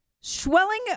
Swelling